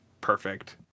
perfect